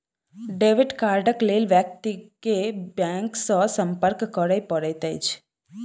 debit कार्डक लेल व्यक्ति के बैंक सॅ संपर्क करय पड़ैत अछि